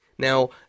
Now